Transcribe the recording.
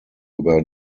über